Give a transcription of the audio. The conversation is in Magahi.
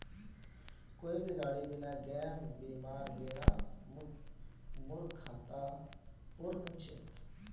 कोई भी गाड़ी बिना गैप बीमार लेना मूर्खतापूर्ण छेक